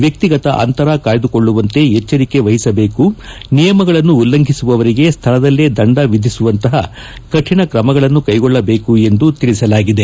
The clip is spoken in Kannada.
ವ್ಯಕ್ತಿಗತ ಅಂತರ ಕಾಯ್ಲಕೊಳ್ಲವಂತೆ ಎಚ್ಲರಿಕೆ ವಹಿಸಬೇಕು ನಿಯಮಗಳನ್ನು ಉಲ್ಲಂಘಿಸುವವರಿಗೆ ಸ್ಥಳದಲ್ಲೇ ದಂಡ ವಿಧಿಸುವಂತಹ ಕಠಿಣ ಕ್ರಮಗಳನ್ನು ಕೈಗೊಳ್ಳಬೇಕು ಎಂದು ತಿಳಿಸಲಾಗಿದೆ